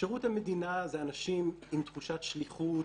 שירות המדינה זה אנשים עם תחושת שליחות,